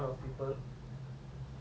ya that would be served in front of me